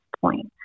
point